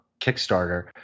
Kickstarter